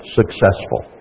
successful